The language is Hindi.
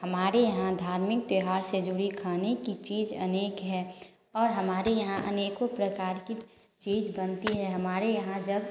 हमारे यहाँ धार्मिक त्यौहार से जुड़ी खाने की चीज अनेक हैं और हमारे यहाँ अनेकों प्रकार की चीज बनती है हमारे यहाँ जब